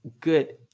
good